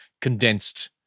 condensed